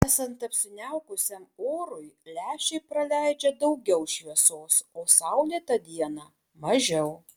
esant apsiniaukusiam orui lęšiai praleidžia daugiau šviesos o saulėtą dieną mažiau